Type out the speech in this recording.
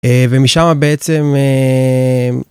ומשם בעצם.